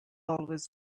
always